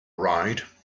ride